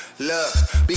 Love